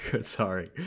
Sorry